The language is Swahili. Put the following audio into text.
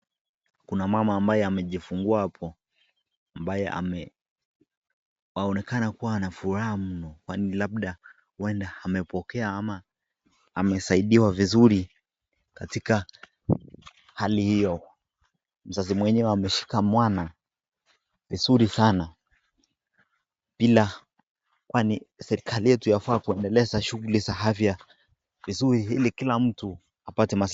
Kuna mama ambaye amejifungua hapo ambaye ameonekana kuwa na furaha mno kwani labda huenda amepokea ama amesaidiwa vizuri katika hali hiyo. Mzazi mwenyewe ameshika mwana vizuri sana bila kwani serikali yetu yafaa kuendeleza shughuli za afya vizuri ili kila mtu apate msaada.